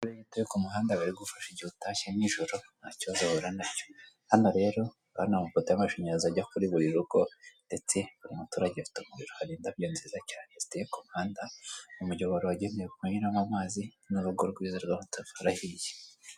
Hano rero baragufasha igihe utashye n 'ijoro ntakibazo wahura nacyo hano rero urabona amapoto yamashanyarazi ajya kuri buri rugo ndetse buri buri muturage afite umuriro hari indabyo nziza cyane ziteye ku muhanda, umuyoboro wagenewe kunyuramo amazi nu rugo rwiza rw'amatafari ahiye.